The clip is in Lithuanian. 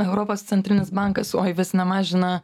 europos centrinis bankas oi vis nemažina